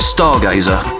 Stargazer